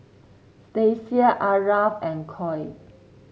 Stasia Aarav and Cole